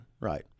right